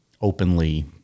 openly